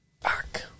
Fuck